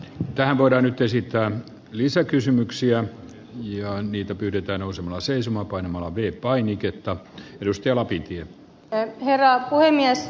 tähän voidaan esittää lisäkysymyksiä ja on niitä pyydetään osa taas ei sama kuin malawi painiketta edusti lapintie herra puhemies